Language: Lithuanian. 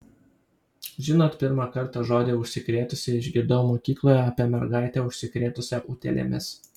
žinot pirmą kartą žodį užsikrėtusi išgirdau mokykloje apie mergaitę užsikrėtusią utėlėmis